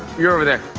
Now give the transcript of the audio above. you're over there.